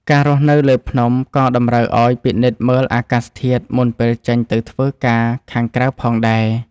ការរស់នៅលើភ្នំ ក៏តម្រូវឲ្យពិនិត្យមើលអាកាសធាតុមុនពេលចេញទៅធ្វើការខាងក្រៅផងដែរ។